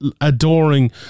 adoring